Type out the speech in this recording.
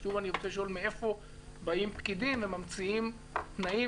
אז אני רוצה לשאול מאיפה באים פקידים וממציאים תנאים